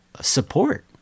support